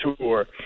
tour